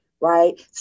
right